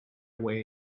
way